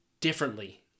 differently